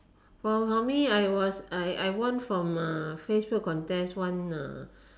for for me I was was I won from Facebook contest one